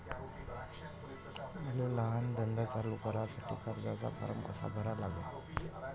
मले लहान धंदा चालू करासाठी कर्जाचा फारम कसा भरा लागन?